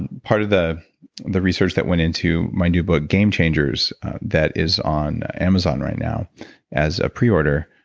part of the the research that went into my new book, game changers that is on amazon right now as a pre-order.